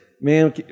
man